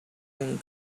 can